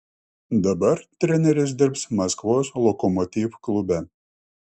dabar treneris dirbs maskvos lokomotiv klube